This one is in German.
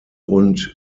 und